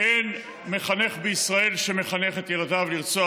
אין מחנך בישראל שמחנך את ילדיו לרצוח.